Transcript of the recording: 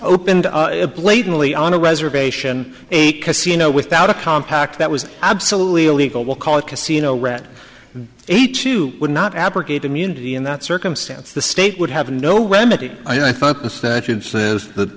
opened blatantly on a reservation a casino without a compact that was absolutely illegal we'll call it casino rat a two would not abrogate immunity in that circumstance the state would have no when i thought the statute says that